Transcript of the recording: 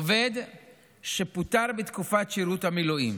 עובד שפוטר בתקופת שירות המילואים